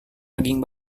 daging